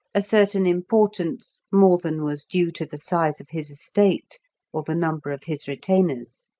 a certain importance more than was due to the size of his estate or the number of his retainers.